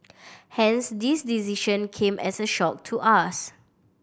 hence this decision came as a shock to us